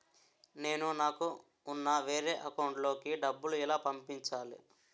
నేను నాకు ఉన్న వేరే అకౌంట్ లో కి డబ్బులు ఎలా పంపించాలి?